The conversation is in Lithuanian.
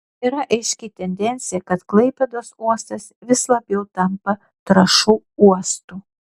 yra aiški tendencija kad klaipėdos uostas vis labiau tampa trąšų uostu